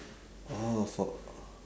oh for